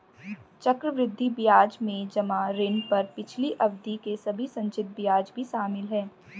चक्रवृद्धि ब्याज में जमा ऋण पर पिछली अवधि के सभी संचित ब्याज भी शामिल हैं